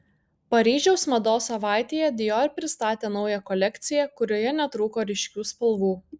paryžiaus mados savaitėje dior pristatė naują kolekciją kurioje netrūko ryškių spalvų